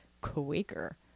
Quaker